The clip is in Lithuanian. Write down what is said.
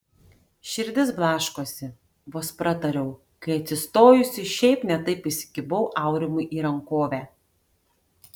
širdis blaškosi vos pratariau kai atsistojusi šiaip ne taip įsikibau aurimui į rankovę